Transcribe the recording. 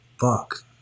Fuck